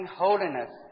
holiness